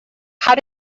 how